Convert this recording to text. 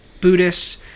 Buddhists